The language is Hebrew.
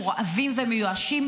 מורעבים ומיואשים,